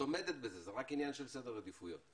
זה רק עניין של סדר עדיפויות.